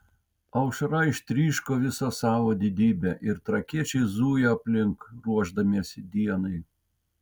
aušra ištryško visa savo didybe ir trakiečiai zujo aplink ruošdamiesi dienai